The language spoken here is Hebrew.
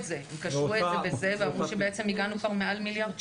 זה בזה ואמרו שכבר הגענו למעלה ממיליארד שקל.